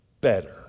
better